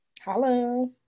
hello